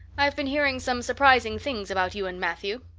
i've been hearing some surprising things about you and matthew.